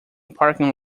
parking